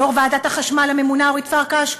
יושבת-ראש רשות החשמל הממונה אורית פרקש,